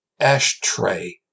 ashtray